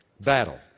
Battle